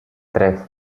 tres